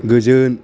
गोजोन